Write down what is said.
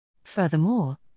Furthermore